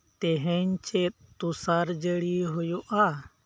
ᱛᱮᱦᱤᱧ ᱪᱮᱫ ᱛᱩᱥᱟᱨ ᱡᱟᱹᱲᱤ ᱦᱩᱭᱩᱜᱼᱟ